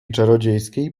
czarodziejskiej